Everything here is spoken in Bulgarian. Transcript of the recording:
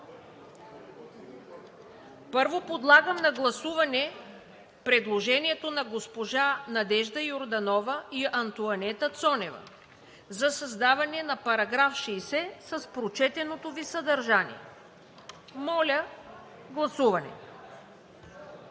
Първо, подлагам на гласуване предложението на госпожа Надежда Йорданова и Антоанета Цонева за създаване на § 60 с прочетеното Ви съдържание. АТАНАС